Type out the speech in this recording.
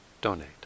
donate